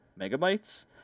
megabytes